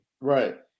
Right